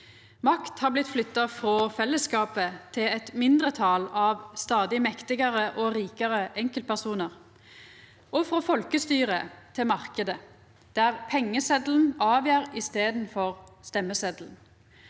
Makt har blitt flytta frå fellesskapet til eit mindretal av stadig mektigare og rikare enkeltpersonar, og frå folkestyre til marknaden, der pengesetelen avgjer i staden for stemmesetelen.